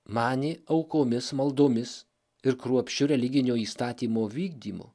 manė aukomis maldomis ir kruopščiu religinio įstatymo vykdymu